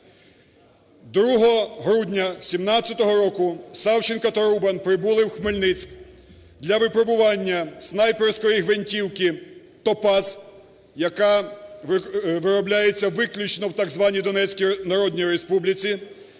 грудня 2017 року Савченко та Рубан прибули в Хмельницький для випробування снайперської гвинтівки "Топаз", яка виробляється виключно в так званий "Донецькій народній республіці"